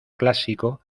clásico